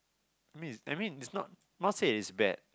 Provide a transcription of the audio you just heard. means I mean not say is bad